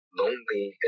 lonely